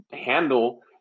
handle